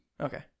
okay